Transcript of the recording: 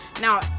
Now